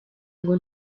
ngo